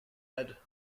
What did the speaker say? head